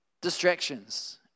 distractions